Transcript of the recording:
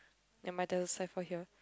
never mind there's a cipher here